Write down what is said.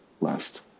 last